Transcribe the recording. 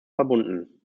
verbunden